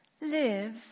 live